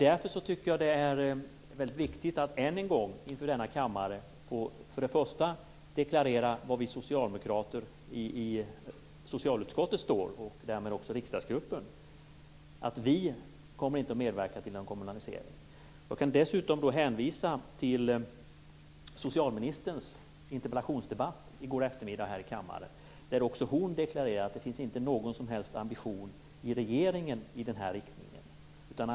Därför är det viktigt att än en gång inför denna kammare få deklarera att vi socialdemokrater i socialutskottet, och därmed också riksdagsgruppen, inte kommer att medverka till någon kommunalisering. Jag kan dessutom hänvisa till socialministerns interpellationsdebatt i går eftermiddag här i kammaren. Där deklarerade hon att det inte heller finns någon som helst ambition i regeringen i den riktningen.